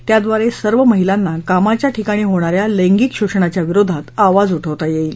त्याद्वारे सर्व महिलांना कामाच्या ठिकाणी होणाऱ्या लैंगिक शोषणाच्या विरोधात आवाज उठवता येईल